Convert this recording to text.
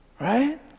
Right